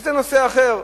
אבל זה נושא אחר.